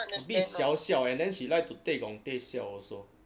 a bit siao siao and then she like to tay gong tay siao also